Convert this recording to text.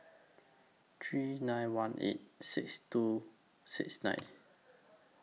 three nine one eight six two six nine